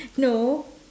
no